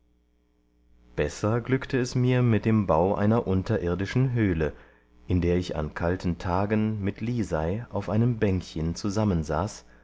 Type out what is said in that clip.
besser glückte es mir mit dem bau einer unterirdischen höhle in der ich an kalten tagen mit lisei auf einem bänkchen zusammensaß